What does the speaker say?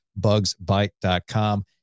bugsbite.com